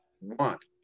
want